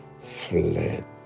fled